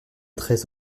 très